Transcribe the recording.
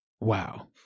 Wow